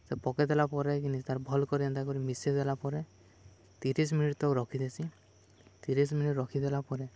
ପକେଇ ଦେଲା ପରେ କିିନି ତାର୍ ଭଲ୍ କରି ଏନ୍ତା କରି ମିଶେଇ ଦେଲା ପରେ ତିରିଶ୍ ମିନିଟ୍ ତକ୍ ରଖିଦେସିଁ ତିରିଶ୍ ମିନିଟ୍ ରଖିଦେଲା ପରେ